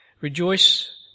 Rejoice